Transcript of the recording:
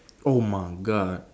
oh my god